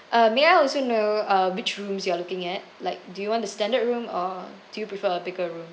uh may I also know uh which rooms you are looking at like do you want a standard room or do you prefer a bigger room